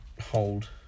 hold